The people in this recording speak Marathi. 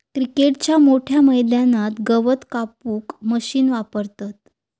क्रिकेटच्या मोठ्या मैदानात गवत कापूक मशीन वापरतत